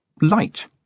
light